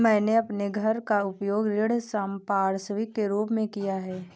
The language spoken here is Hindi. मैंने अपने घर का उपयोग ऋण संपार्श्विक के रूप में किया है